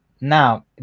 Now